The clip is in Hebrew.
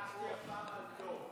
הלכתי הפעם על טוב.